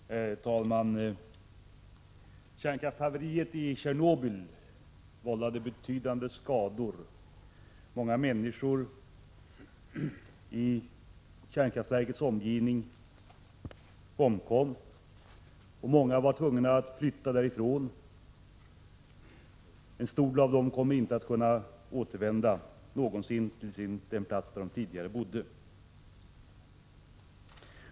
Herr talman! Kärnkraftshaveriet i Tjernobyl vållade betydande skador. Många människor i kärnkraftverkets omgivning omkom, och många var tvungna att flytta därifrån. En stor del av dem kommer inte att någonsin kunna återvända till sin hemort.